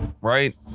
right